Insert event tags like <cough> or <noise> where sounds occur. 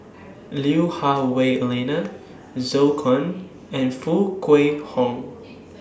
Lui Hah <noise> Wah Elena Zhou Can and Foo Kwee Horng <noise>